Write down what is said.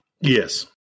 Yes